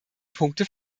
punkte